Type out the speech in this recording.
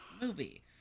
movie